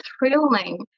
thrilling